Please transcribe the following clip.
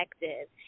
effective